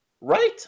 Right